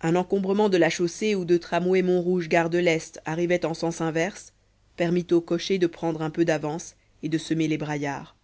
un encombrement de la chaussée où deux tramways montrouge gare de l'est arrivaient en sens inverse permit au cocher de prendre un peu d'avance et de semer les braillards